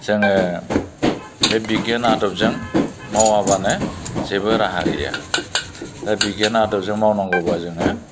जोङो बे बिगियान आदबजों मावाबानो जेबो राहा गैया दा बिगियान आदबजों मावनांगौब्ला जोङो